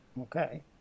okay